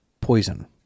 poison